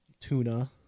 Tuna